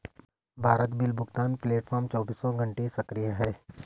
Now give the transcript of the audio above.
Bharat bill भुगतान platform चौबीसों घंटे सक्रिय है